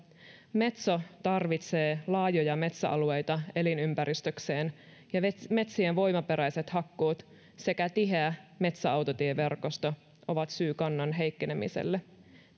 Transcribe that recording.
metso tarvitsee laajoja metsäalueita elinympäristökseen ja metsien voimaperäiset hakkuut sekä tiheä metsäautotieverkosto ovat syy kannan heikkenemiselle